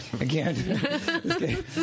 Again